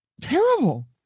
Terrible